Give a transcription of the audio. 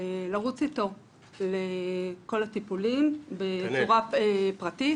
ולרוץ איתו לכל הטיפולים בצורה פרטית